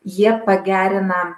jie pagerina